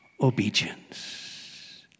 obedience